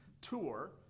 tour